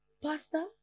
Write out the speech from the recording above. pasta